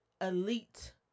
elite